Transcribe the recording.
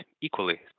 equally